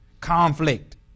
Conflict